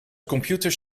computers